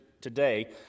today